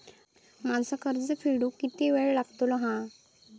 माझा कर्ज फेडुक किती वेळ उरलो हा?